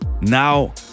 now